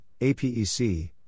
APEC